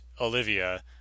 Olivia